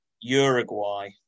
Uruguay